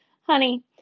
Honey